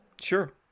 Sure